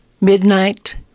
midnight